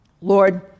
Lord